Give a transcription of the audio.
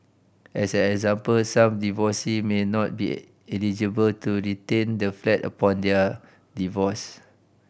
as an example some divorcee may not be eligible to retain the flat upon their divorce